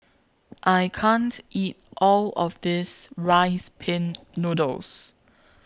I can't eat All of This Rice Pin Noodles